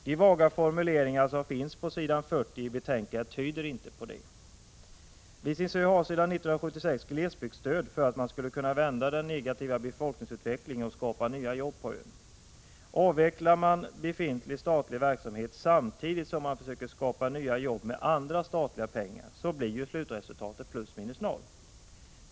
De vaga formuleringar som finns på s. 40 i betänkandet tyder inte på det. Visingsö har sedan 1976 glesbygdsstöd för att man skall kunna vända den negativa befolkningsutvecklingen och skapa nya jobb på ön. Avvecklar man befintlig statlig verksamhet samtidigt som man försöker skapa nya jobb med andra statliga pengar, så blir ju resultatet plus minus noll.